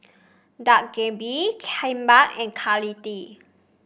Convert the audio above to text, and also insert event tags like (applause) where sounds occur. Dak Galbi Kimbap and (unintelligible)